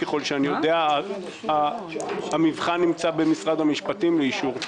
ככל שאני יודע המבחן נמצא במשרד המשפטים לאישור.